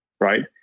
right